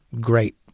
great